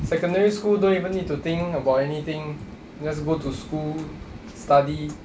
secondary school don't even need to think about anything just you go to school study